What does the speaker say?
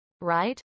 Right